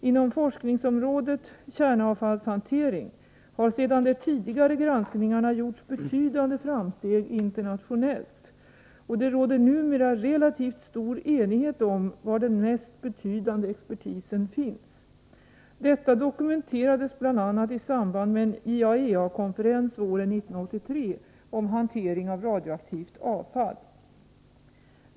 Inom forskningsområdet kärnavfallshantering har efter de tidigare granskningarna gjorts betydande framsteg internationellt, och det råder numera relativt stor enighet om var den mest betydande expertisen finns. Detta dokumenterades bl.a. i samband med en IAEA-konferens våren 1983 om hantering av radioaktivt avfall.